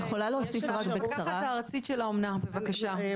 המפקחת הארצית של האומנה, בבקשה.